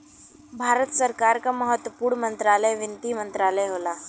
भारत सरकार क महत्वपूर्ण मंत्रालय वित्त मंत्रालय होला